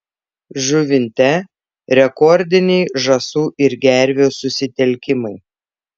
žuvinte rekordiniai žąsų ir gervių susitelkimai